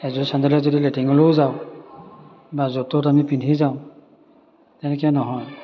এযোৰ চেণ্ডেলেৰে যদি লেট্ৰিনলৈও যাওঁ বা য'ত ত'ত আমি পিন্ধি যাওঁ তেনেকৈ নহয়